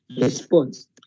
response